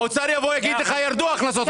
האוצר יבוא ויגיד לך, ירדו הכנסות המדינה.